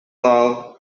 now